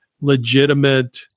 legitimate